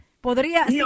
Podría